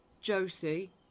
Josie